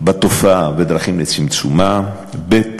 בתופעה ובדרכים לצמצומה, ב.